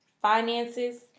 finances